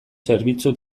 zerbitzu